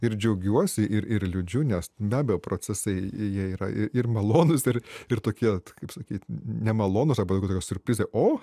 ir džiaugiuosi ir ir liūdžiu nes be abejo procesai jie yra ir malonūs ir ir tokie kaip sakyt nemalonūs arba tokie siurprizai o